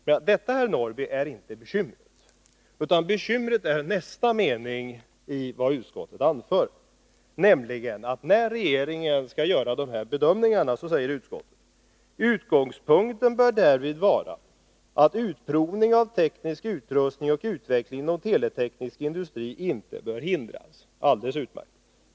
Men detta, herr Norrby, är inte bekymret, utan bekymret är nästa mening i vad utskottet anför: ”Utgångspunkten bör därvid vara att utprovning av teknisk utrustning och utveckling inom teleteknisk industri inte bör hindras” — alldeles utmärkt!